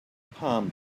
palm